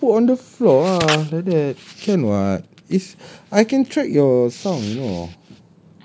no put on the floor ah like that can what is I can track your sound you know